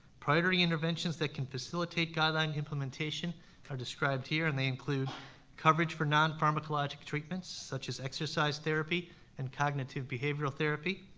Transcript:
priority interventions that can facilitate guideline implementation are described here and they include coverage for non-pharmacologic treatments such as exercise therapy and cognitive behavioral therapy,